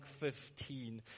15